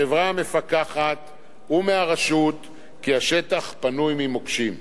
מהחברה המפקחת ומהרשות כי השטח פנוי ממוקשים.